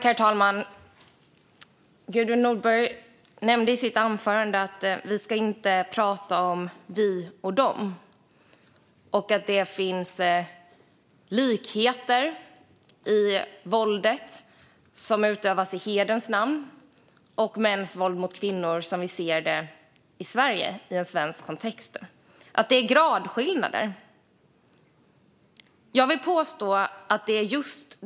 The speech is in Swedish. Herr talman! Gudrun Nordborg nämnde i sitt anförande att vi inte ska prata om vi och dom, att det finns likheter mellan våldet som utövas i hederns namn och mäns våld mot kvinnor som vi ser det i Sverige i en svensk kontext samt att det är fråga om gradskillnader.